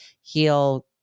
heal